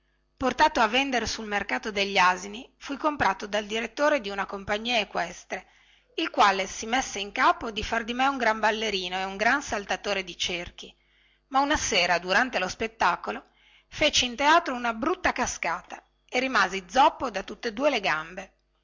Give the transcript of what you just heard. portato a vendere sul mercato degli asini fui comprato dal direttore di una compagnia equestre il quale si messe in capo di far di me un gran ballerino e un gran saltatore di cerchi ma una sera durante lo spettacolo feci in teatro una brutta cascata e rimasi zoppo da tutte due le gambe